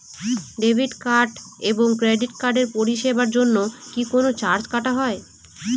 Debit card এবং credit কার্ডের পরিষেবার জন্য কি কোন চার্জ কাটা হয়?